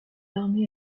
armée